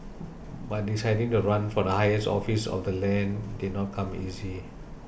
but deciding to run for the highest office of the land did not come easy